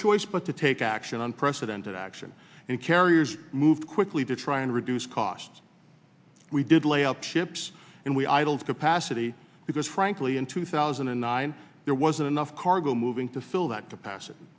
choice but to take action on president action and carriers moved quickly to try and reduce costs we did lay off ships and we idled capacity because frankly in two thousand and nine there wasn't enough cargo moving to fill that c